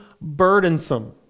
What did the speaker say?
burdensome